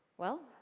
well,